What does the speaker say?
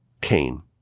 Cain